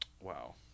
wow